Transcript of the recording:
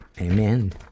Amen